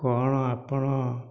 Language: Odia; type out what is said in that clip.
କ'ଣ ଆପଣ